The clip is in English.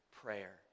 prayer